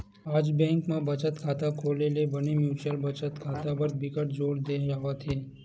आज बेंक म बचत खाता खोले ले बने म्युचुअल बचत खाता बर बिकट जोर दे जावत हे